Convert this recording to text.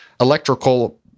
electrical